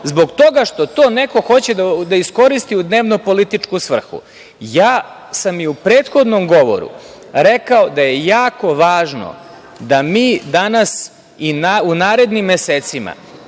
zbog toga što to neko hoće da iskoristi u dnevno-političke svrhe.I u prethodnom govoru sam rekao da je jako važno da mi danas i u narednim mesecima